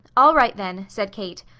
all right then, said kate,